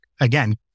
again